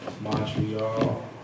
Montreal